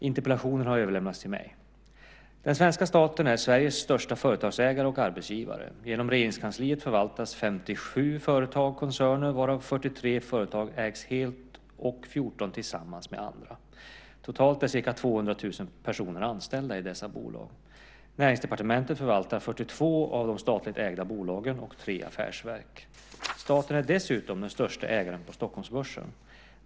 Interpellationen har överlämnats till mig. Den svenska staten är Sveriges största företagsägare och arbetsgivare. Genom Regeringskansliet förvaltas 57 företag och koncerner varav 43 företag ägs helt och 14 tillsammans med andra. Totalt är ca 200 000 personer anställda i dessa bolag. Näringsdepartementet förvaltar 42 av de statligt ägda bolagen och tre affärsverk. Staten är dessutom den störste ägaren på Stockholmsbörsen.